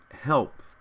help